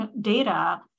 data